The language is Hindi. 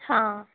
हाँ